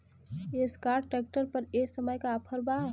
Escort tractor पर ए समय का ऑफ़र बा?